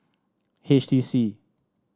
H T C